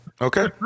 Okay